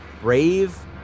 brave